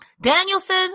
Danielson